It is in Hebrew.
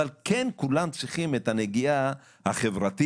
אבל כן כולם צריכים את הנגיעה החברתית,